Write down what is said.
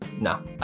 No